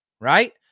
right